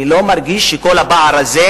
אני לא מרגיש שהתגברנו על כל הפער הזה.